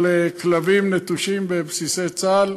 על כלבים נטושים בבסיסי צה"ל,